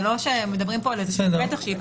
זה לא שמדברים פה על פתח שייפתח.